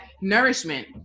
nourishment